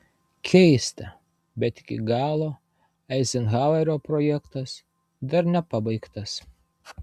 keista bet iki galo eizenhauerio projektas dar nepabaigtas